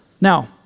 Now